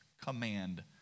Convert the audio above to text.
command